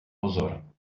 pozor